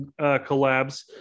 collabs